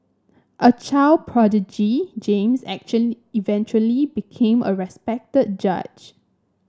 a child prodigy James eventually became a respected judge